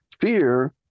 fear